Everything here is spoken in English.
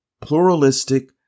pluralistic